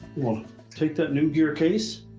we'll take that new gearcase,